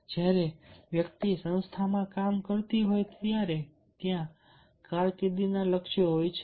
અને જ્યારે વ્યક્તિ સંસ્થામાં કામ કરતી હોય ત્યારે ત્યાં કારકિર્દીના લક્ષ્યો હોય છે